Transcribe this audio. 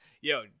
Yo